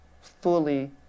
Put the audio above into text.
fully